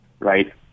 Right